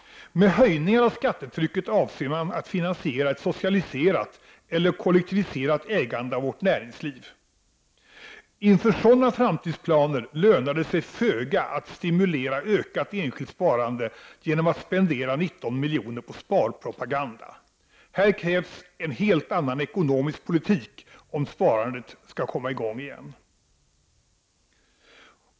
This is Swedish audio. Med höjningar av skattetrycket avser man att finansiera ett socialiserat eller kollektiviserat ägande av vårt näringsliv. Inför sådana framtidsplaner lönar det sig föga att stimulera ett ökat enskilt sparande genom att spendera 19 miljoner på sparpropaganda — här krävs det en helt annan ekonomisk politik för att sparandet skall kunna komma i gång igen.